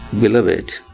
Beloved